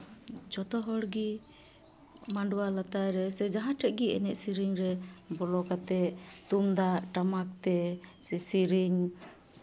ᱡᱚᱛᱚ ᱦᱚᱲᱜᱮ ᱢᱟᱰᱣᱟ ᱞᱟᱛᱟᱨ ᱨᱮ ᱥᱮ ᱡᱟᱦᱟᱸ ᱴᱷᱮᱡ ᱜᱮ ᱮᱱᱮᱡ ᱥᱮᱨᱮᱧ ᱨᱮ ᱵᱚᱞᱚ ᱠᱟᱛᱮᱫ ᱛᱩᱢᱫᱟᱹᱜ ᱴᱟᱢᱟᱠ ᱛᱮ ᱥᱮᱨᱮᱧ